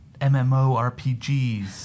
MMORPGs